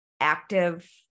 active